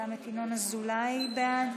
גם ינון אזולאי בעד,